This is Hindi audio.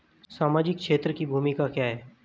सामाजिक क्षेत्र की भूमिका क्या है?